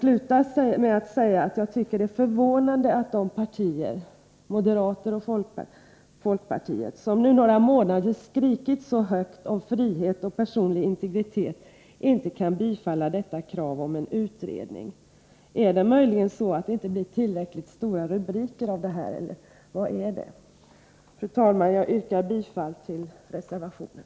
Låt mig till sist säga att jag tycker att det är förvånande att de partier, moderata samlingspartiet och folkpartiet, som under några månader skrikit så högt om frihet och personlig integritet inte kan tillstyrka kravet på en utredning i detta fall. Är det möjligen så att det inte blir tillräckligt stora rubriker av detta, eller vad är anledningen? Fru talman! Jag yrkar bifall till reservationen.